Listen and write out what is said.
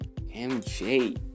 MJ